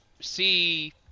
see